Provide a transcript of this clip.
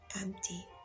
empty